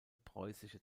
preußische